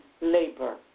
labor